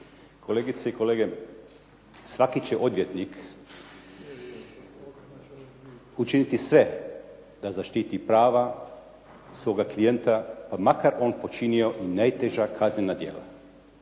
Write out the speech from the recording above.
Kolegice i kolege, svaki će odvjetnik učiniti sve da zaštiti prava svoga klijenta pa makar on počinio i najteža kaznena djela.